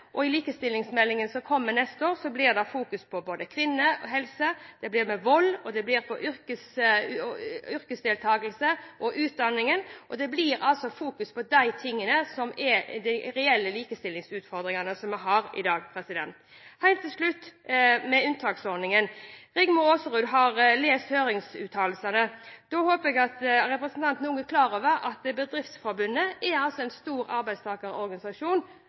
med. I likestillingsmeldingen som kommer neste år, blir det fokusert på kvinner, helse, vold, yrkesdeltakelse og utdanning. Det blir altså fokusert på de tingene som er de reelle likestillingsutfordringene vi har i dag. Helt til slutt når det gjelder unntaksordningen: Rigmor Aasrud har lest høringsuttalelsene. Da håper jeg at representanten også er klar over at Bedriftsforbundet er en stor